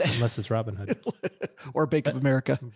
and unless it's robin hood or bank of america,